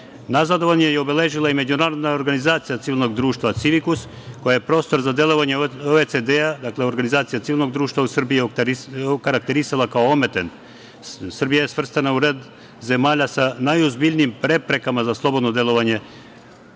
nazadovanje je obeležila i Međunarodna organizacija civilnog društva „Civikus“ koja je prostor za delovanje OCD-a, znači Organizacija civilnog društva u Srbiji okarakterisala kao ometen. Srbija je svrstana u red zemalja sa najozbiljnijim preprekama za slobodno delovanje